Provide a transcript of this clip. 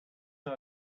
him